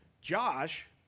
Josh